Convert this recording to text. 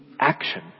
action